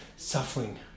Suffering